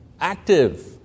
Active